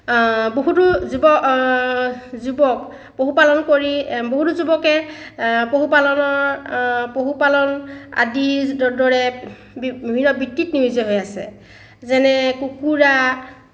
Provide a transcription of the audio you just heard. বহুতো যুৱ যুৱক পশু পালন কৰি বহুতো যুৱকে পশু পালনৰ পশু পালন আদিৰ দৰে বিভিন্ন বৃত্তিত নিয়োজিত হৈ আছে যেনে কুকুৰা